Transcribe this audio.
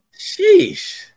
Sheesh